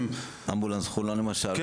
--- [היו"ר אוריאל בוסו] אמבולנס חולון למשל,